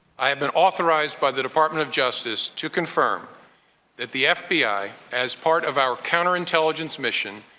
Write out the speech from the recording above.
i have been authorized by the department of justice to confirm that the f b i, as part of our counter-intelligence mission,